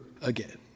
again